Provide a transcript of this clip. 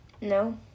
no